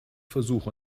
versuch